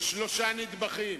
בשלושה נדבכים: